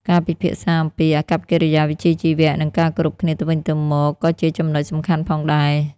ការពិភាក្សាអំពីអាកប្បកិរិយាវិជ្ជាជីវៈនិងការគោរពគ្នាទៅវិញទៅមកក៏ជាចំណុចសំខាន់ផងដែរ។